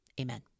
Amen